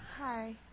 Hi